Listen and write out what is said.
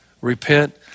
repent